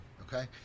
okay